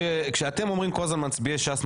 כשאתם אומרים כל הזמן מצביעי ש"ס,